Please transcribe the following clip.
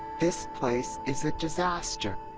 this place is a disaster!